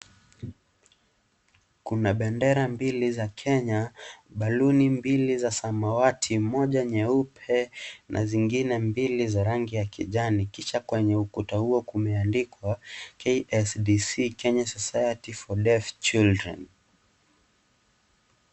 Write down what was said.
Kuna bendera mbili za Kenya, baluni mbili za samawati moja nyeupe na zingine mbili za rangi ya kijani kisha kwenye ukuta huo kumeandikwa KSDC Kenya Society for Deaf Children.